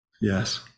Yes